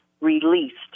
released